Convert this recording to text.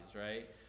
right